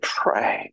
pray